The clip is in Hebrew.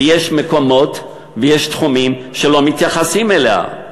ויש מקומות ויש תחומים שלא מתייחסים אליה.